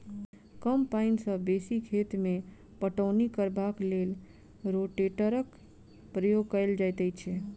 कम पाइन सॅ बेसी खेत मे पटौनी करबाक लेल रोटेटरक प्रयोग कयल जाइत छै